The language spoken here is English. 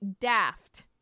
daft